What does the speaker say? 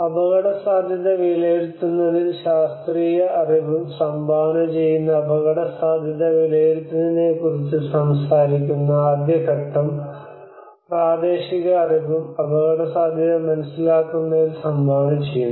അപകടസാധ്യത വിലയിരുത്തുന്നതിൽ ശാസ്ത്രീയ അറിവും സംഭാവന ചെയ്യുന്ന അപകടസാധ്യത വിലയിരുത്തുന്നതിനെക്കുറിച്ച് സംസാരിക്കുന്ന ആദ്യ ഘട്ടം പ്രാദേശിക അറിവും അപകടസാധ്യത മനസ്സിലാക്കുന്നതിൽ സംഭാവന ചെയ്യുന്നു